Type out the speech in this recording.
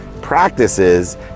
practices